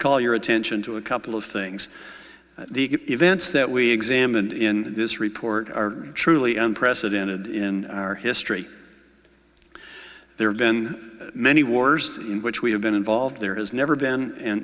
call your attention to a couple of things the events that we examine this report are truly unprecedented in our history there have been many wars in which we have been involved there has never been an